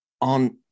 on